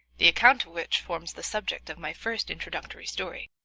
the account of which forms the subject of my first introductory story,